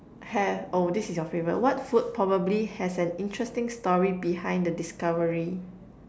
have oh this is your favorite what food probably has an interesting story behind the discovery